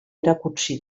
erakutsi